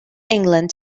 england